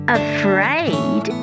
afraid